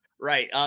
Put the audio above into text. Right